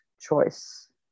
choice